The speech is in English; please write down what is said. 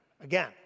Again